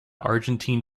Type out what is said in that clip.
argentine